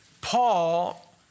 Paul